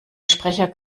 sprecher